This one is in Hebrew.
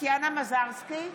טטיאנה מזרסקי,